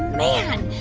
man.